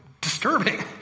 disturbing